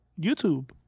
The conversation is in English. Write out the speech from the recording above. YouTube